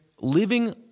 living